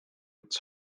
its